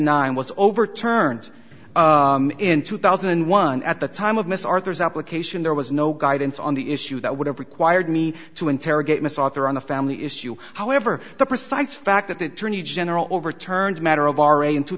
nine was overturned in two thousand and one at the time of miss arthur's application there was no guidance on the issue that would have required me to interrogate miss author on the family issue however the precise fact that the attorney general overturned matter of already in two